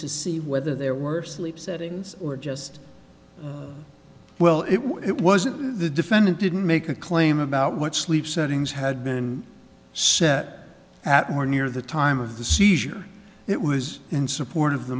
to see whether there were sleep settings or just well it wasn't the defendant didn't make a claim about what sleep settings had been set at or near the time of the seizure it was in support of the